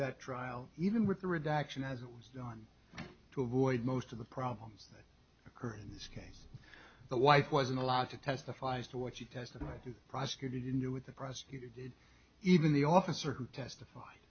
that trial even with redaction as it was done to avoid most of the problems that occurred in this case the wife wasn't allowed to testify as to what she does and i think prosecuted in the with the prosecutor did even the officer who testified